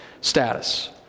status